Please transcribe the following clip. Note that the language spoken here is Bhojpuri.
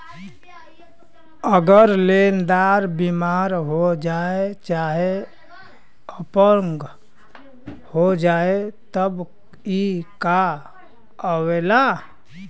अगर लेन्दार बिमार हो जाए चाहे अपंग हो जाए तब ई कां आवेला